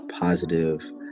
positive